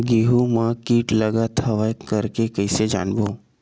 गेहूं म कीट लगत हवय करके कइसे जानबो?